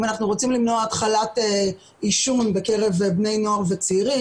אם אנחנו רוצים למנוע התחלת עישון בקרב בני נוער וצעירים,